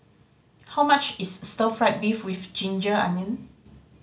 how much is stir fried beef with ginger onion